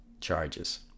charges